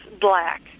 black